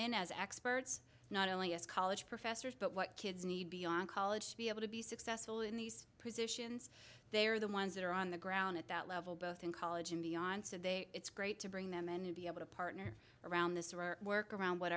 in as experts not only as college professors but what kids need beyond college to be able to be successful in these positions they are the ones that are on the ground at that level both in college and beyond so they it's great to bring them in and be able to partner around this work around what